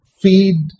feed